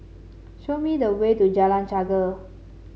show me the way to Jalan Chegar